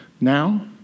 now